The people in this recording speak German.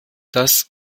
das